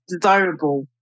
desirable